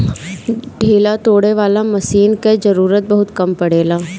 ढेला तोड़े वाला मशीन कअ जरूरत बहुत कम पड़ेला